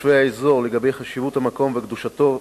לגבי חשיבות המקום וקדושתו